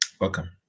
welcome